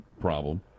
problem